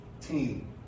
team